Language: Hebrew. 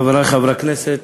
חברי חברי הכנסת,